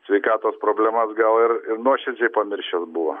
sveikatos problemas gal ir nuoširdžiai pamiršęs buvo